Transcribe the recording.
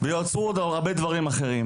אני מבין שיעצרו עוד דברים רבים ואחרים.